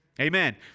Amen